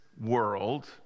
world